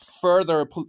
further